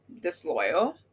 disloyal